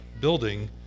building